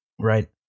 Right